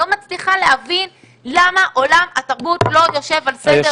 אני לא מצליחה להבין למה עולם התרבות לא יושב על סדר